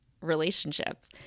relationships